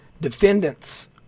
Defendants